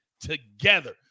together